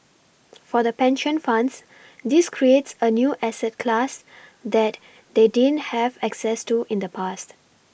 for the pension funds this creates a new asset class that they didn't have access to in the past